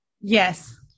Yes